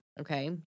Okay